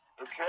Okay